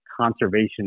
conservation